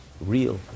real